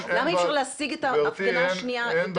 למה אי אפשר להסיג את ההפגנה השנייה לרחוב?